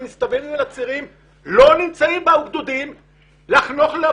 הם נמצאים על הצירים ולא נמצאים בגדודים על מנת לחנוך.